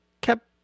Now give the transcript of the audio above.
kept